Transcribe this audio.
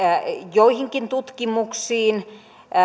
joihinkin tutkimuksiin